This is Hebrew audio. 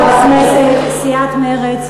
ולכן,